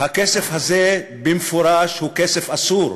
הכסף הזה הוא במפורש כסף אסור.